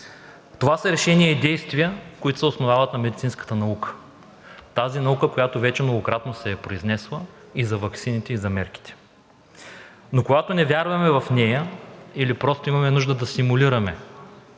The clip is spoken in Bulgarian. Това са решения и действия, които се основават на медицинската наука – тази наука, която вече многократно се е произнесла и за ваксините, и за мерките. Но когато не вярваме в нея или просто имаме нужда да симулираме